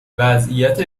وضعیت